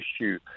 issue